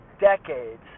decades